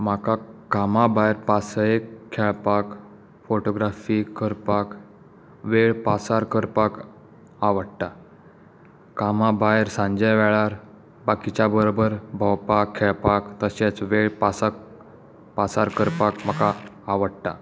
म्हाका कामा भायर पासयेक खेळपाक फोटोग्राफी करपाक वेळ पासार करपाक आवडटा कामा भायर सांजे वेळार बाकींच्या बरोबर भोंवपाक खेळपाक तशेंच वेळ पासाक पासार करपाक म्हाका आवडटा